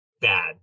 bad